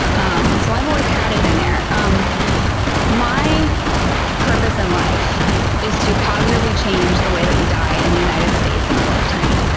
um so, i've always had it in there. um my purpose in life is to positively change the way that we die in the united states in my lifetime.